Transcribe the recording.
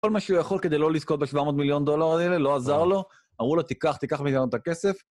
כל מה שהוא יכול כדי לא לזכות ב-700 מיליון דולר, הנה, לא עזר לו, אמרו לו, תיקח, תיקח מאיתנו ת'כסף...